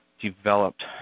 developed